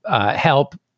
help